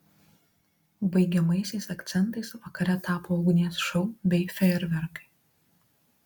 baigiamaisiais akcentais vakare tapo ugnies šou bei fejerverkai